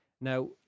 Now